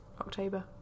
October